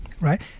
right